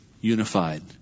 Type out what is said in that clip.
unified